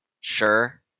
sure